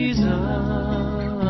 Jesus